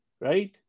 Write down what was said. right